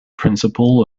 principle